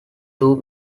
two